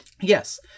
Yes